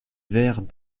vers